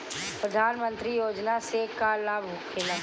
प्रधानमंत्री योजना से का लाभ होखेला?